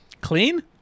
Clean